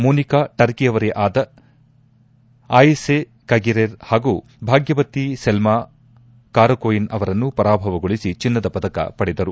ಮೋನಿಕಾ ಟರ್ಕಿಯವರೇ ಆದ ಆಯಿಸೆ ಕಗಿರೆರ್ ಹಾಗೂ ಭ್ಯಾಗ್ಚುತಿ ಸೆಲ್ನಾ ಕಾರಕೋಯಿನ್ ಅವರನ್ನು ಪರಾಭವಗೊಳಿಸಿ ಚಿನ್ನದ ಪದಕ ಪಡೆದರು